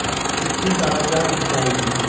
की की कागज़ात चाही?